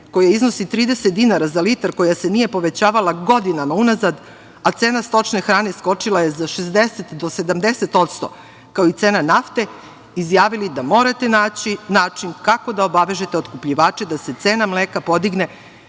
koje iznosi 30 dinara za litar, koja se nije povećavala godinama unazad, a cena stočne hrane skočila je za 60% do 70% kao i cena nafte, izjavili da morate naći način kako da obavežete otkupljivače da se cena mleka podigne